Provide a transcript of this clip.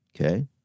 Okay